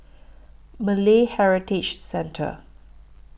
Malay Heritage Centre